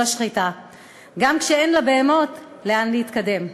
השחיטה גם כשאין לבהמות לאן להתקדם.